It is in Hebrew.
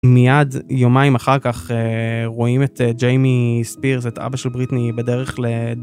מייד יומיים אחר כך רואים את ג'יימי ספירס את אבא של בריטני בדרך ל…